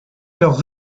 leur